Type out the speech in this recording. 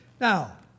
Now